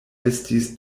estis